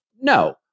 No